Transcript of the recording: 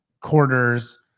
quarters